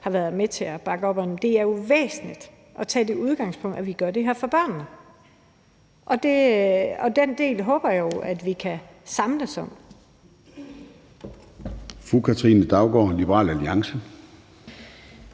har været med til at bakke op om. Det er jo væsentligt at tage det udgangspunkt, at vi gør det her for børnene, og den del håber jeg vi kan samles om.